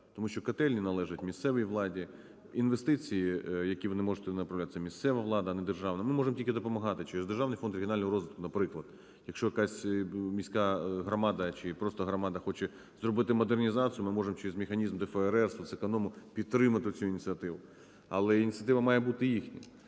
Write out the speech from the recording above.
Тому що котельні належать місцевій владі, інвестиції, які вони можуть туди направляти, це місцева влада, а не державна. Ми можемо тільки допомагати через Державний фонд регіонального розвитку, наприклад, якщо якась міська громада чи просто громада хоче зробити модернізацію, ми можемо через механізм ДФРР підтримати цю ініціативу, але ініціатива має бути їхня.